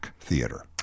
theater